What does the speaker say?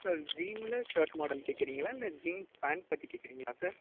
sir ஜீனில் shirt model கேக்கறீங்களா இல்லை ஜீன்ஸ் பேண்ட் பற்றி கேக்கறீங்களா சார்